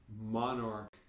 monarch